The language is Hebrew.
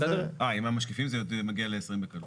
אה, עם המשקיפים זה מגיע ל-20 בקלות.